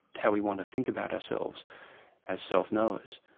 how we want to think about ourselves as self-knowers,